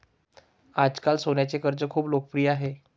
आजकाल सोन्याचे कर्ज खूप लोकप्रिय आहे